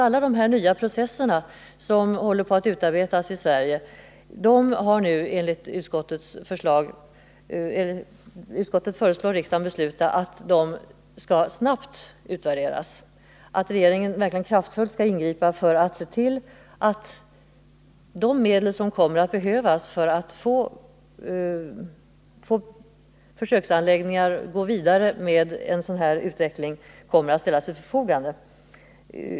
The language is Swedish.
Enligt utskottet är det angeläget att dessa processer, som f. n. är under utarbetande i Sverige, snabbt utvärderas och att regeringen verkligen kraftfullt ingriper för att se till att de medel som kommer att behövas för en sådan här vidareutveckling vid försöksanläggningarna ställs till förfogande.